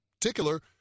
particular